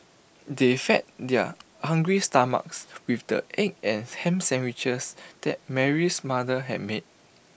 they fed their hungry stomachs with the egg and Ham Sandwiches that Mary's mother had made